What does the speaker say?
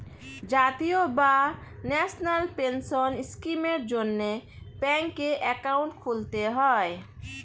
জাতীয় বা national pension স্কিমের জন্যে ব্যাঙ্কে অ্যাকাউন্ট খুলতে হয়